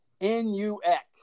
N-U-X